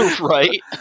right